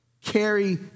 carry